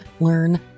Learn